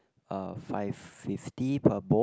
uh five fifty per bowl